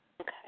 okay